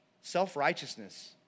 self-righteousness